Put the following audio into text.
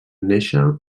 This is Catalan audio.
néixer